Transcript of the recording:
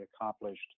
accomplished